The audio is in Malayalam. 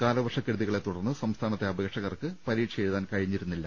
കാല വർഷക്കെടുതികളെത്തുടർന്ന് സംസ്ഥാനത്തെ അപേക്ഷ കർക്ക് പരീക്ഷ എഴുതാൻ കഴിഞ്ഞിരുന്നില്ല